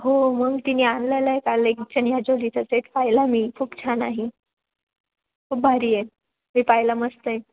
हो मग तिने आणलेला आहे काल एक चनियाचोलीचा सेट पाहिला मी खूप छान आहे खूप भारी आहे मी पाहिला मस्त आहे